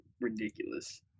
ridiculous